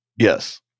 Yes